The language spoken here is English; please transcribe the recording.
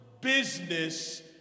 business